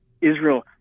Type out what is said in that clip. Israel